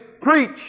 preach